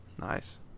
Nice